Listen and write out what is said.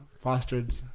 fostered